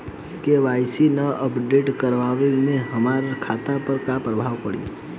KYC ना update करवाएम त हमार खाता पर का प्रभाव पड़ी?